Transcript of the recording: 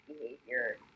behavior